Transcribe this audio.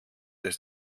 des